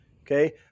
Okay